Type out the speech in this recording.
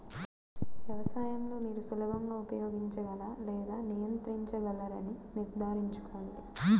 వ్యవసాయం లో మీరు సులభంగా ఉపయోగించగల లేదా నియంత్రించగలరని నిర్ధారించుకోండి